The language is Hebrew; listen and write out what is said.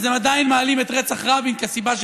אז הם עדיין מעלים את רצח רבין כסיבה,